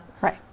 Right